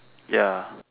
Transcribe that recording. ya